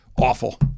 awful